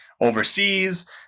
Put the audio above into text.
overseas